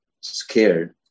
scared